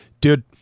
dude